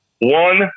One